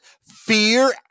fear